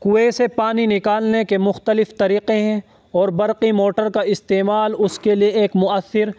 کوے سے پانی نکالنے کے مختلف طریقے ہیں اور برقی موٹر کا استعمال اس کے لیے ایک مؤثر